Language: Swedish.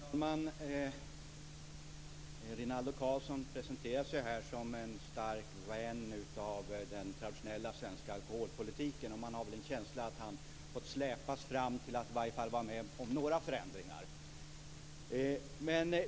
Herr talman! Rinaldo Karlsson presenterar sig här som en vän av den traditionella svenska alkoholpolitiken. Man har en känsla av att han har fått släpas fram till att i varje fall vara med på några förändringar.